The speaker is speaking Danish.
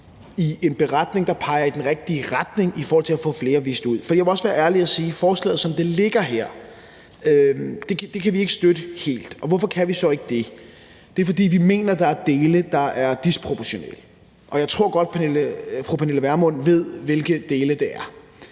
i en beretning, der peger i den rigtige retning i forhold til at få flere vist ud. For jeg vil også være ærlig og sige, at som det ligger her, kan vi ikke støtte forslaget helt. Og hvorfor kan vi så ikke det? Det er, fordi vi mener, at der er dele, der er disproportionale, og jeg tror godt, Pernille Vermund ved, hvilke dele det er.